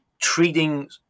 Treating